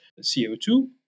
CO2